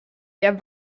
der